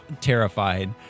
terrified